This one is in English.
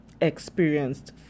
experienced